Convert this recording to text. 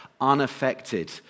unaffected